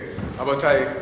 רבותי,